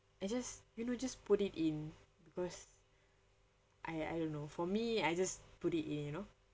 I just you know just put it in because I I don't know for me I just put it in you know